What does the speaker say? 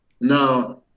Now